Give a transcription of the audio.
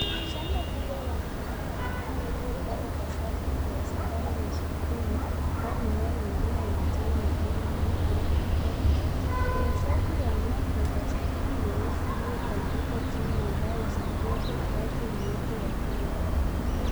Shamba kubwa la mimea ya mboga iliyopandwa kwa safu ikiwezekana ni zukini au mimea mingine ya majani mapana kama vile malenge. Kwenye safu ya mimea kuna plastiki nyeusi iliyotandikwa chini ya mbao husaidia kuhifadhi unyevu wa udongo.